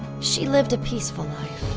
she lived a peaceful life,